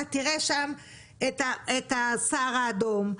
אתה תראה שם את הסהר האדום,